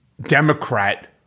Democrat